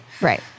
Right